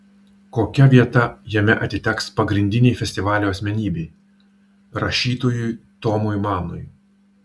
kokia vieta jame atiteks pagrindinei festivalio asmenybei rašytojui tomui manui